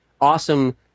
awesome